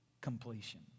completion